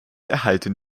erhalten